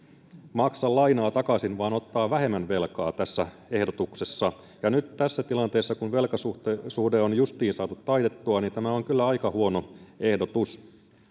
maksa lainaa takaisin vaan ottaa vähemmän velkaa tässä ehdotuksessa ja nyt tässä tilanteessa kun velkasuhde on justiin saatu taitettua tämä on kyllä aika huono ehdotus